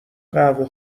قهوه